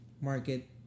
market